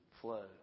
flow